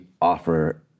offer